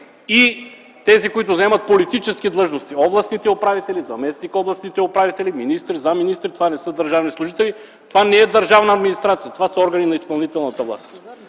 и тези, които заемат политически длъжности – областните управители, заместник-областните управители, министри, заместник-министри. Това не са държавни служители. Това не е държавна администрация. Това са органи на изпълнителната власт.